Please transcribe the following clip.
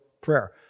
prayer